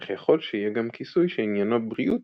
אך יכול שיהיה גם כיסוי שעניינו בריאות